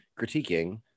critiquing